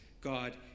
God